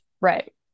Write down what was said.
right